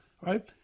right